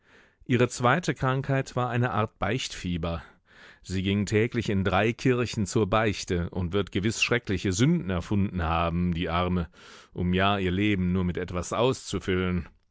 ihre zweite krankheit war eine art beichtfieber sie ging täglich in drei kirchen zur beichte und wird gewiß schreckliche sünden erfunden haben die arme um ja ihr leben nur mit etwas auszufüllen